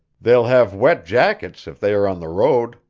they'll have wet jackets if they are on the road,